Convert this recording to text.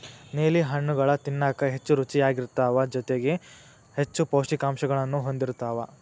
ನೇಲಿ ಹಣ್ಣುಗಳು ತಿನ್ನಾಕ ಹೆಚ್ಚು ರುಚಿಯಾಗಿರ್ತಾವ ಜೊತೆಗಿ ಹೆಚ್ಚು ಪೌಷ್ಠಿಕಾಂಶಗಳನ್ನೂ ಹೊಂದಿರ್ತಾವ